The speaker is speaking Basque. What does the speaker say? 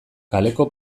kaleko